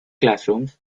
classrooms